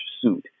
Suit